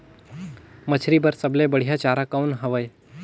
मछरी बर सबले बढ़िया चारा कौन हवय?